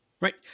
Right